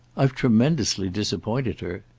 i've tremendously disappointed her,